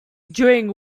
during